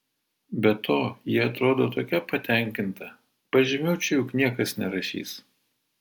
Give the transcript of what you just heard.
be to ji atrodo tokia patenkinta pažymių čia juk niekas nerašys